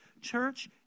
Church